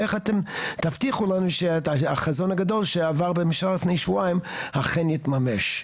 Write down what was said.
איך אתם תבטיחו לכם שהחזון הגדול שעבר בממשלה לפני שבועיים אכן התממש.